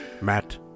Matt